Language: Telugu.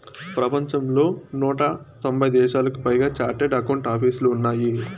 ప్రపంచంలో నూట తొంభై దేశాలకు పైగా చార్టెడ్ అకౌంట్ ఆపీసులు ఉన్నాయి